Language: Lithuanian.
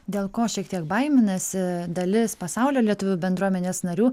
dėl ko šiek tiek baiminasi dalis pasaulio lietuvių bendruomenės narių